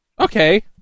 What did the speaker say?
okay